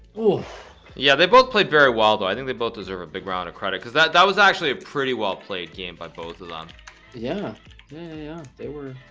oh yeah they both played very well though i think they both deserve a big round of credit because that that was actually a pretty well played game by both of them yeah yeah yeah they were